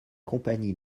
compagnie